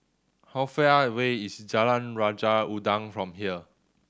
how far away is Jalan Raja Udang from here